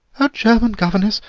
a german governess!